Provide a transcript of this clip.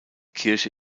kirche